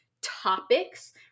topics